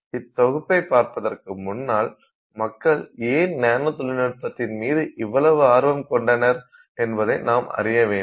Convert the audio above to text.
இத்தொகுப்பை பார்ப்பதற்கு முன்னால் மக்கள் ஏன் நானோ தொழில்நுட்பத்தின் மீது இவ்வளவு ஆர்வம் கொண்டனர் என்பதை நாம் அறிய வேண்டும்